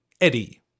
Eddie